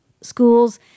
schools